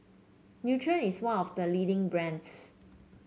Nutren is one of the leading brands